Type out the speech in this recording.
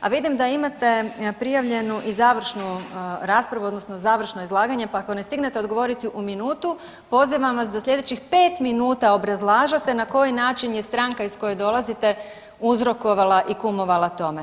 A vidim da imate prijavljenu i završnu raspravu odnosno završno izlaganje, pa ako ne stignete odgovoriti u minutu, pozivam vas da slijedećih 5 minuta obrazlažete na koji način je stranka iz koje dolazite uzrokovala i kumovala tome.